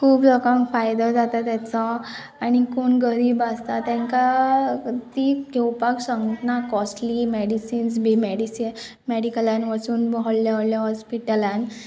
खूब लोकांक फायदो जाता तेचो आनी कोण गरीब आसता तांकां ती घेवपाक सांगना कॉस्टली मेडिसिन्स बी मेडिसि मॅडिकलान वचून व्हडले व्हडले हॉस्पिटलान